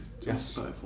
yes